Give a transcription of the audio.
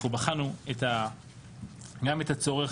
אנחנו בחנו גם את הצורך